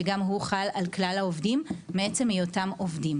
שגם הוא חל על כלל העובדים מעצם היותם עובדים.